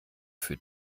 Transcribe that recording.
für